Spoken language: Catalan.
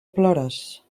plores